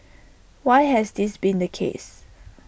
why has this been the case